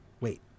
Wait